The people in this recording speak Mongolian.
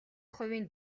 хувийн